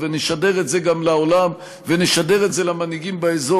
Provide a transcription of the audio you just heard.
ונשדר את זה גם לעולם ונשדר את זה למנהיגים באזור,